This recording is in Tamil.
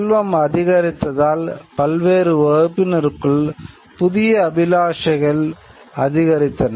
செல்வம் அதிகரித்ததால் பல்வேறு வகுப்பினருக்குள் புதிய அபிலாஷைகள் அதிகரித்தன